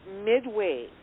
midway